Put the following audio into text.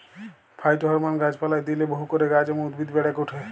phytohormone গাছ পালায় দিইলে বহু করে গাছ এবং উদ্ভিদ বেড়েক ওঠে